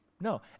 No